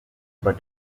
but